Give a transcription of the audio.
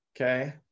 Okay